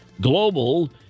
global